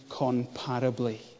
incomparably